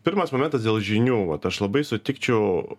pirmas momentas dėl žinių vat aš labai sutikčiau